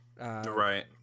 Right